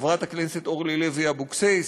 חברת הכנסת אורלי לוי אבקסיס.